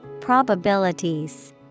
Probabilities